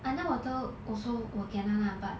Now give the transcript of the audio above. underwater also will kena lah but